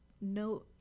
no